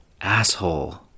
Asshole